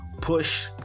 push